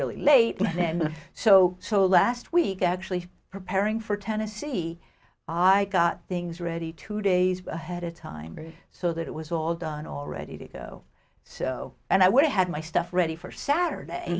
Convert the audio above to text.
really late and then so so last week actually preparing for tennessee i got things ready two days ahead of time so that it was all done all ready to go so and i would have had my stuff ready for saturday